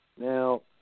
Now